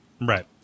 Right